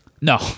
No